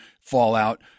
fallout